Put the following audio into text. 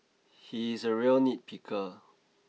he is a real nitpicker